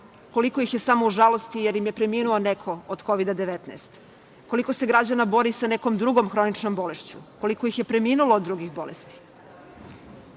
koliko ih je samo u žalosti jer im je preminuo neko od Kovida 19? Koliko se građana boli sa nekom drugom hroničnom bolešću? Koliko ih je preminulo od drugih bolesti? Život